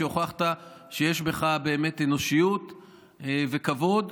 שהוכחת שיש בך באמת אנושיות וכבוד.